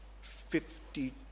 fifty